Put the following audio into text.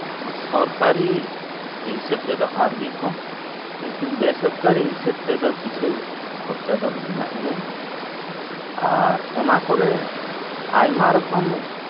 ᱥᱚᱨᱠᱟᱨᱤ ᱦᱤᱥᱟᱹᱵ ᱛᱮᱫᱚ ᱟᱨᱜᱮ ᱠᱚᱢ ᱠᱤᱱᱛᱩ ᱵᱮᱥᱚᱨᱠᱟᱨᱤ ᱦᱤᱥᱟᱹᱵ ᱛᱮᱫᱚ ᱠᱤᱪᱷᱩ ᱠᱷᱚᱨᱪᱟ ᱫᱚ ᱢᱮᱱᱟᱜ ᱜᱮᱭᱟ ᱟᱨ ᱚᱱᱟ ᱠᱚᱨᱮ ᱟᱭᱢᱟ ᱨᱚᱠᱚᱢ